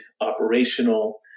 operational